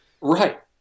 Right